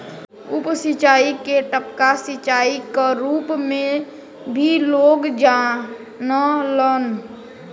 उप सिंचाई के टपका सिंचाई क रूप में भी लोग जानलन